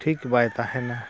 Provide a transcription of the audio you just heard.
ᱴᱷᱤᱠ ᱵᱟᱭ ᱛᱟᱦᱮᱱᱟ